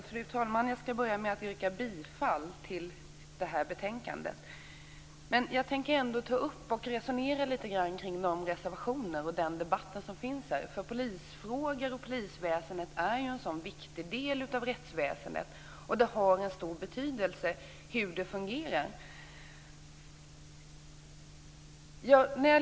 Fru talman! Jag skall börja med att yrka bifall till utskottets hemställan. Jag tänker också föra ett resonemang kring reservationerna och debatten här. Polisväsendet är en viktig del av rättsväsendet. Det har stor betydelse hur det fungerar.